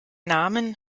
namen